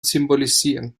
symbolisieren